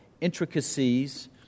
intricacies